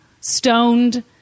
stoned